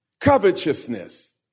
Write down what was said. covetousness